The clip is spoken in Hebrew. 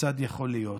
הכיצד יכול להיות?